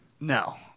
No